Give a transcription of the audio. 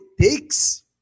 takes